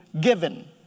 given